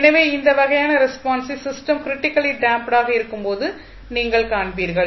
எனவே இந்த வகையான ரெஸ்பான்ஸை சிஸ்டம் க்ரிட்டிக்கல்லி டேம்ப்ட் ஆக இருக்கும் போது நீங்கள் காண்பீர்கள்